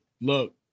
look